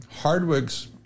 Hardwig's